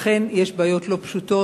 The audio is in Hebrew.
אכן, יש בעיות לא פשוטות.